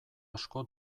asko